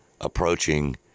approaching